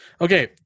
Okay